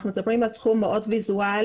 אנחנו מדברים על תחום מאוד ויזואלי